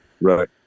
right